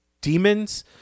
demons